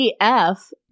af